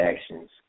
actions